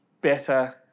better